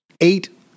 Eight